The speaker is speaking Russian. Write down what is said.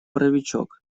паровичок